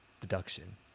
deduction